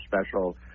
special